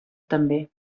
també